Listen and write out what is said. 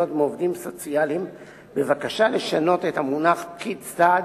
מעובדים סוציאליים בבקשה לשנות את המונח "פקיד סעד",